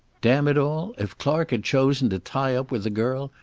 damn it all, if clark had chosen to tie up with a girl,